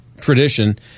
tradition